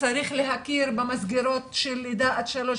צריך להכיר במסגרות של לידה עד גיל שלוש,